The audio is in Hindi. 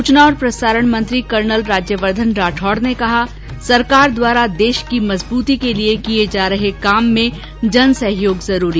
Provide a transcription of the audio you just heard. सूचना और प्रसारण मंत्री कर्नल राज्यवर्धन राठौड़ ने कहा सरकार द्वारा देश की मजबूती के लिये किये जा रहे काम में जन सहयोग जरूरी